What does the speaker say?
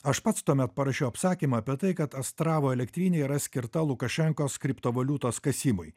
aš pats tuomet parašiau apsakymą apie tai kad astravo elektrinė yra skirta lukašenkos kriptovaliutos kasimui